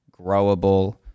growable